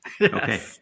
Okay